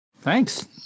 Thanks